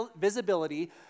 visibility